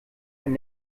ein